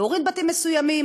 להוריד בתים מסוימים,